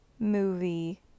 movie